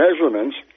measurements